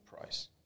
price